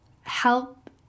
help